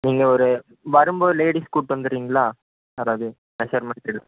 நீங்கள் ஒரு வரும்போது லேடிஸ் கூட்டு வந்துறீங்களா யாராவது மெஷர்மெண்ட் எடுக்க